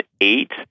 eight